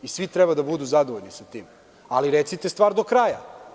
Svi treba da budu zadovoljni sa tim, ali recite stvar do kraja.